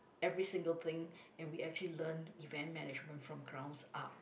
every single thing and we actually learnt event management from grounds up